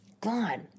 God